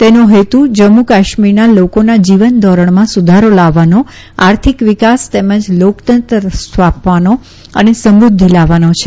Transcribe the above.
તેનો હેતુ જમ્મુ કાશ્મીરના લોકોના જીવન ધોરણમાં સુધારો લાવવાનો આર્થિક વિકાસ તેમજ લોકતંત્ર સ્થાપવાનો અને સમૃષ્ય લાવવાનો છે